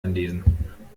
anlesen